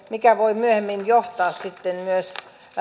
mikä voi myöhemmin johtaa sitten myös